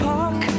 Park